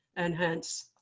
and hence,